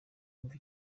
kumva